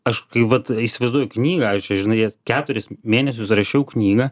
aš kai vat įsivaizduoju knygą aš čia žinai net keturis mėnesius rašiau knygą